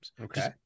Okay